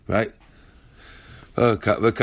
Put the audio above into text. Right